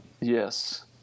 Yes